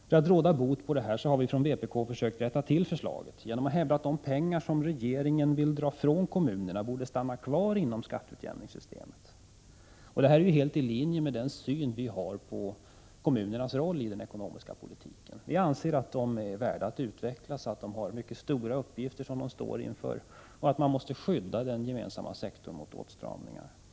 För att råda bot på detta har vi i vpk försökt att rätta till förslaget. Vi hävdar nämligen att de pengar som regeringen vill dra in från kommunerna borde stanna kvar inom skatteutjämningssystemet. Det är helt i linje med vår syn på kommunernas roll i den ekonomiska politiken. Vi anser att de är värda att utvecklas, att de har mycket stora uppgifter framför sig och att man måste hjälpa den gemensamma sektorn, så att åtstramningar kan förhindras.